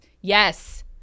yes